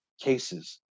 cases